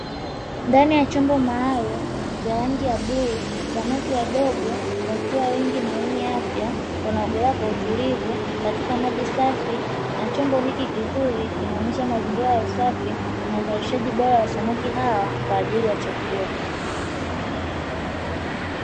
Ndani ya chombo maalumu cha rangi ya bluu, samaki wadogo wakiwa wengi na wenye afya, wanaogelea kwa utulivu katika maji safi. Na chombo hiki kizuri kinaonyesha mazingira ya usafi na uzalishaji bora wa samaki hawa kwa ajili ya chakula.